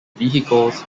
vehicles